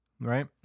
Right